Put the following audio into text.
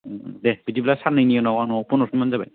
दे बिदिब्ला साननैनि उनाव आंनाव फन हरफिनबानो जाबाय